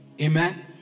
Amen